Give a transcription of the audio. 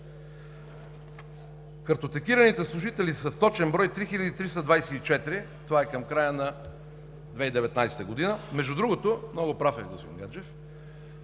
Картотекираните служители са в точен брой – 3324, това е към края на 2019 г. Между другото, много е прав господин Гаджев